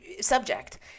subject